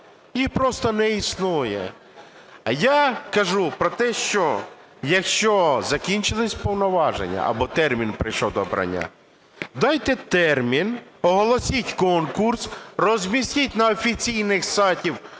Її просто не існує. Я кажу про те, що якщо закінчились повноваження або термін прийшов до обрання, дайте термін, оголосіть конкурс, розмістіть на офіційному сайті